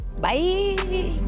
Bye